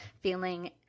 Feeling